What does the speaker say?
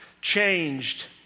changed